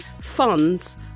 funds